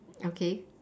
okay